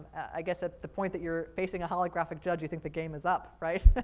i guess ah the point that you're facing a holographic judge, you think the game is up, right?